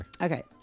Okay